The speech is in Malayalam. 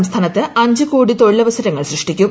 സംസ്ഥാനത്ത് അഞ്ച് കോടി തൊഴിലവസരങ്ങൾ സൃഷ്ടിക്കും